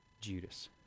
Judas